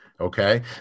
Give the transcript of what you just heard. Okay